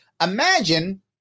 Imagine